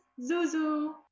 Zuzu